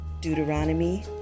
Deuteronomy